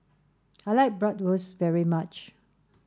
I like Bratwurst very much